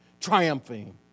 triumphing